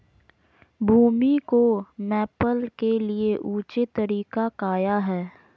भूमि को मैपल के लिए ऊंचे तरीका काया है?